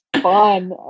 fun